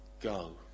go